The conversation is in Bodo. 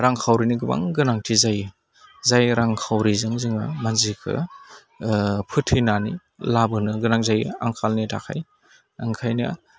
रांखावरिनि गोबां गोनांथि जायो जाय रांखावरिजों जोङो मानसिखौ फोथैनानै लाबोनो गोनां जायो आंखालनि थाखाय ओंखायनो